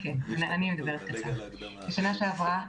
בשנה שעברה,